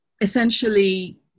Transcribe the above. essentially